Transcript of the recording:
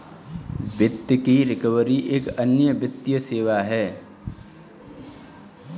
वित्त की रिकवरी एक अन्य वित्तीय सेवा है